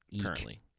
currently